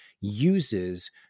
uses